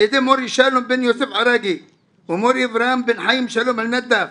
על ידי מורי שלום בן יוסף ערגי ומורי אברהם בן חיים שלום אלנדאף